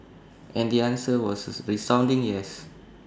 and the answer was A resounding yes